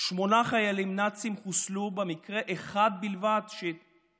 שמונה חיילים נאצים חוסלו במקרה אחד שתיארתי